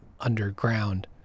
underground